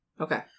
Okay